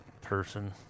person